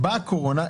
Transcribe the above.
באה הקורונה,